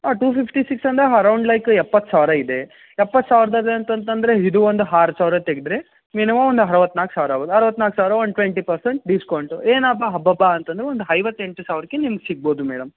ಹಾಂ two fifty six ಅಂದರೆ around like ಎಪ್ಪತ್ತು ಸಾವಿರ ಇದೆ ಎಪ್ಪತ್ತು ಸಾವಿರದಲ್ಲಿ ಅಂತಂದ್ರೆ ಇದು ಒಂದು ಆರು ಸಾವಿರ ತೆಗೆದ್ರೆ ಮಿನಿಮಮ್ ಒಂದು ಅರ್ವತ್ನಾಲ್ಕು ಸಾವಿರ ಆಗ್ಬೌದು ಅರ್ವತ್ನಾಲ್ಕು ಸಾವಿರ ಒಂದು ಟ್ವೆಂಟಿ ಪರ್ಸೆಂಟ್ ಡಿಸ್ಕೌಂಟು ಏನಪ್ಪಾ ಅಬ್ಬಬ್ಬಾ ಅಂತಂದ್ರೆ ಒಂದು ಐವತ್ತೆಂಟು ಸಾವಿರಕ್ಕೆ ನಿಮ್ಗೆ ಸಿಗ್ಬೌದು ಮೇಡಮ್